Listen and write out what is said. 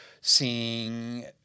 seeing